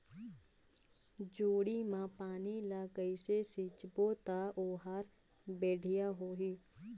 जोणी मा पानी ला कइसे सिंचबो ता ओहार बेडिया होही?